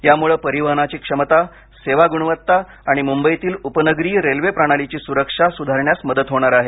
यामुळे परीवहनाची क्षमता सेवा गुणवत्ता आणि मुंबईतील उपनगरीय रेल्वे प्रणालीची सुरक्षा सुधारण्यास मदत होणार आहे